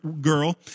girl